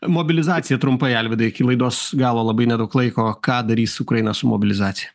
mobilizacija trumpai alvydai iki laidos galo labai nedaug laiko ką darys ukraina su mobilizacija